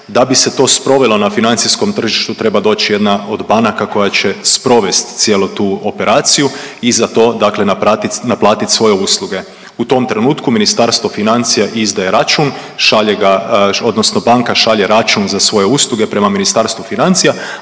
da bi se to sprovelo na financijskom tržištu treba doć jedna od banaka koja će sprovest cijelu tu operaciju i za to dakle naplatiti svoje usluge. U tom trenutku Ministarstvo financija izdaje račun, šalje ga, odnosno banka šalje račun za svoje usluge prema Ministarstvu financija,